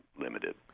limited